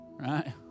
right